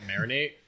marinate